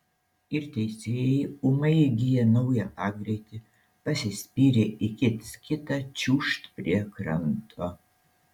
ir teisėjai ūmai įgiję naują pagreitį pasispyrę į kits kitą čiūžt prie kranto